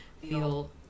feel